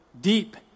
deep